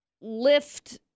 lift